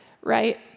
right